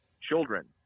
children